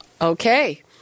Okay